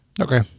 Okay